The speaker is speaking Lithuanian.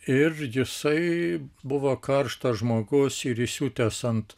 ir jisai buvo karštas žmogus ir įsiutęs ant